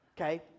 Okay